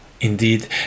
Indeed